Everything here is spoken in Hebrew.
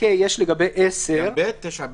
9(ב)?